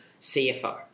CFO